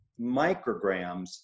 micrograms